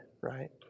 right